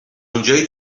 اونجایی